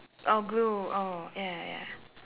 oh glue oh ya ya ya